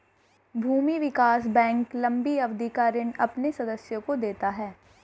भूमि विकास बैंक लम्बी अवधि का ऋण अपने सदस्यों को देता है